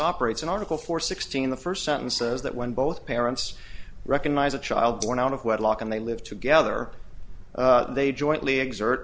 operates in article four sixteen the first sentence says that when both parents recognise a child born out of wedlock and they live together they jointly exert